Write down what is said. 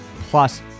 plus